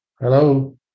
Hello